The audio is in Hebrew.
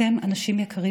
אתם אנשים יקרים.